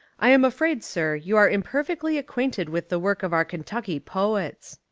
i am afraid, sir, you are imperfectly acquainted with the work of our kentucky poets.